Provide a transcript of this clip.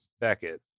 Beckett